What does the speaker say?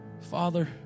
Father